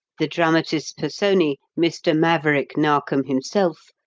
the dramatis personae, mr. maverick narkom himself,